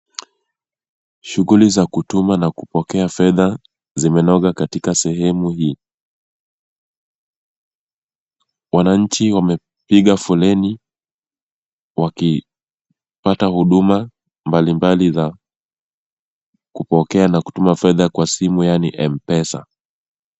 Shughuli za kutuma na kupokea fedha zimenoga katika sehemu hii. Wananchi wamepiga foleni wakipata huduma mbalimbali za kupokea na kutuma fedha kwa simu yaani Mpesa.